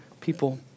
people